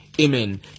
Amen